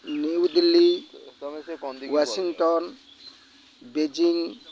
New Delhi Washington Beijing